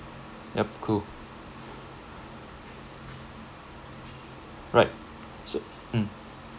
yup cool right so mm